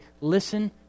Listen